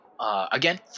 again